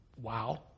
Wow